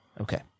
Okay